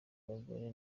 abagore